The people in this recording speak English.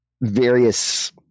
various